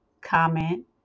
comment